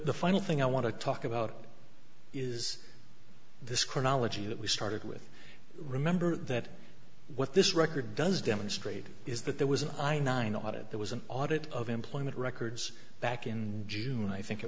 the final thing i want to talk about is this chronology that we started with remember that what this record does demonstrate is that there was an ai nine audit there was an audit of employment records back in june i think it